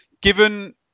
given